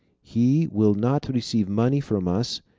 he will not receive money from us,